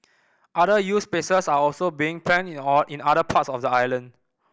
other youth spaces are also being planned in or in other parts of the island